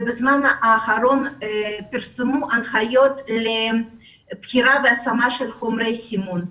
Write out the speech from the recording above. בזמן האחרון פורסמו הנחיות לבחירה והשמה של חומרי סימון.